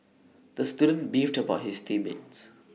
the student beefed about his team mates